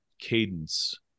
cadence